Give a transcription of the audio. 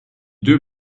deux